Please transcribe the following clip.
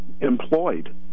employed